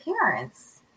parents